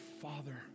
Father